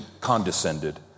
condescended